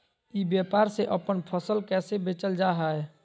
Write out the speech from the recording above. ई व्यापार से अपन फसल कैसे बेचल जा हाय?